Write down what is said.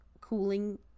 cooling